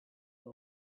boy